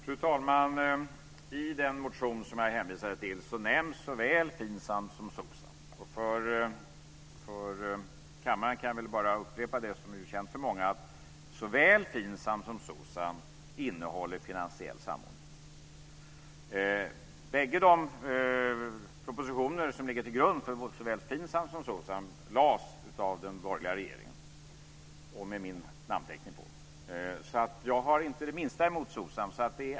Fru talman! I den motion som jag hänvisade till nämns såväl Finsam som Socsam. För kammaren kan jag bara upprepa det som är känt för många, nämligen att såväl Finsam som Socsam innehåller finansiell samordning. De bägge propositioner som ligger till grund för både Finsam och Socsam lades fram av den borgerliga regeringen med min namnteckning på. Så jag har inte det minsta emot Socsam.